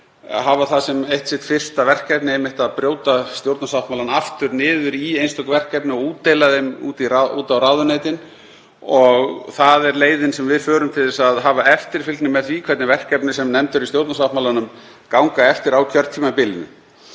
hafa það sem eitt sitt fyrsta verkefni einmitt að brjóta stjórnarsáttmálann aftur niður í einstök verkefni og útdeila þeim á ráðuneytin og það er leiðin sem við förum til að hafa eftirfylgni með því hvernig verkefni sem nefnd eru í stjórnarsáttmálanum ganga eftir á kjörtímabilinu.